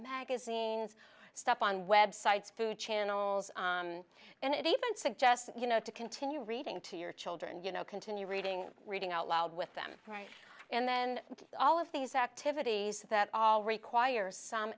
magazines stuff on websites food channels and even suggest you know to continue reading to your children you know continue reading reading out loud with them right and then all of these activities that all require some